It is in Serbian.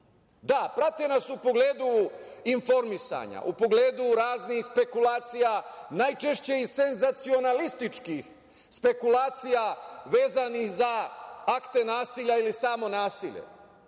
Da, prate nas u pogledu informisanja, u pogledu raznih spekulacija, najčešće i senzacionalističkih spekulacija vezanih za akte nasilja ili samo nasilje.